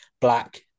black